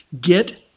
get